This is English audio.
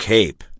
Cape